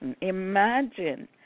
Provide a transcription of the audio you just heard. Imagine